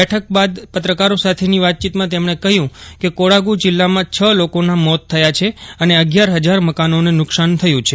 બેઠક બાદ પત્રકારો સાથેની વાતચીતમાં તેમજો કહ્યું કે કોડાગુ જિલ્લામાં હ લોકોના મોત થયા છે અને અગિયાર હજાર મકાનોને નુકશાન થયું છે